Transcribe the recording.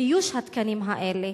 באיוש התקנים האלה.